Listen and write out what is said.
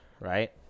Right